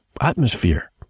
atmosphere